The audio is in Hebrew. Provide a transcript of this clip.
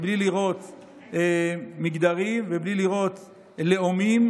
בלי לראות מגדרים ובלי לראות לאומים,